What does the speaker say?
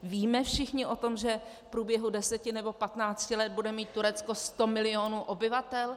Víme všichni o tom, že v průběhu deseti nebo patnácti let bude mít Turecko sto milionů obyvatel?